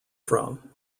from